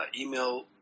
Email